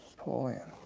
pull in,